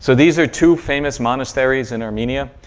so these are two famous monasteries in armenia.